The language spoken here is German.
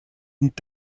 und